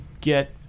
get